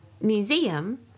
museum